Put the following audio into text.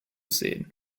sehen